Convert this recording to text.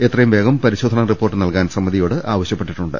എത്രയുംവേഗം പരിശോധനാ റിപ്പോർട്ട് നൽകാൻ സമിതി യോട് ആവശ്യപ്പെട്ടിട്ടുണ്ട്